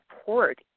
support